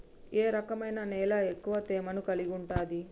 ఏ రకమైన నేల ఎక్కువ తేమను కలిగుంటది?